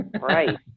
right